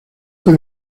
fue